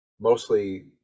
mostly